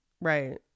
Right